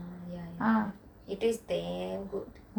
ah ya ya it tastes damn good